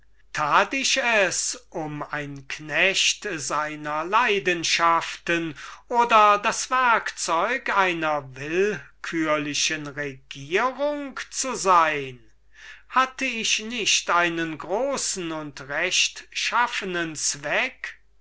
tat ich es um ein sklave seiner leidenschaften oder ein werkzeug der tyrannie zu sein oder hatte ich einen großen und rechtschaffenen zweck